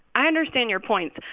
i understand your points,